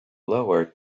lower